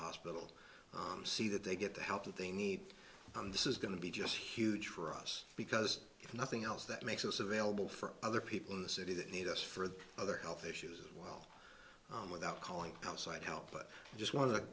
hospital see that they get the help that they need on this is going to be just huge for us because if nothing else that makes us available for other people in the city that need us for other health issues as well without calling outside help but just